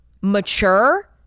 mature